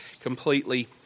Completely